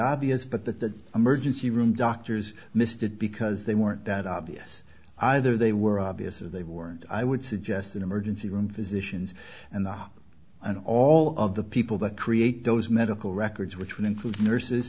obvious but that the emergency room doctors missed it because they weren't that obvious either they were obvious or they weren't i would suggest an emergency room physicians and the hub and all of the people that create those medical records which would include nurses